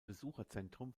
besucherzentrum